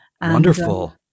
Wonderful